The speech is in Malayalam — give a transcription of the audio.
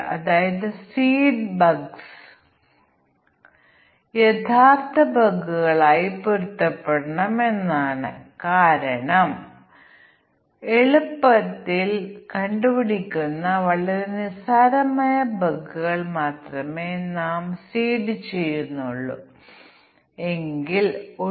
ഇവിടെ കാണുക ഇൻപുട്ടുകളുടെ എണ്ണം 7 ആണെങ്കിൽ ഓരോന്നും 1 ന് 2 മൂല്യങ്ങൾ എടുക്കാം ഇവ ബൂലിയൻ 7 ബൂലിയൻ ഇൻപുട്ടുകൾ പിന്നെ കോമ്പിനേഷനുകളുടെ എണ്ണം 2 മുതൽ പവർ 7 വരെ 128 ആണ് എന്നാൽ ജോഡി തിരിച്ചുള്ള ടെസ്റ്റ് സെറ്റിന്റെ വലുപ്പം നിങ്ങൾക്ക് 8